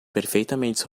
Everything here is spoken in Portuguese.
perfeitamente